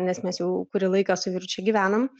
nes mes jau kurį laiką su vyru čia gyvenam